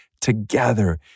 together